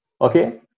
Okay